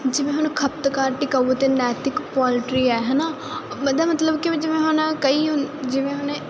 ਜਿਵੇਂ ਹੁਣ ਖਪਤਕਾਰ ਟਿਕਾਊ ਤੇ ਨੈਤਿਕ ਪੋਲਟਰੀ ਹੈ ਹਨਾ ਇਹਦਾ ਮਤਲਬ ਕਿ ਜਿਵੇਂ ਹੁਣ ਕਈ ਜਿਵੇਂ ਹੁਣੇ